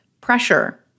pressure